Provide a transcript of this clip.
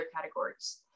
categories